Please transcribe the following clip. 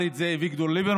אמר את זה אביגדור ליברמן,